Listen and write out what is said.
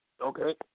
Okay